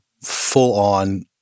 full-on